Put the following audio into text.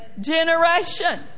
generation